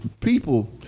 people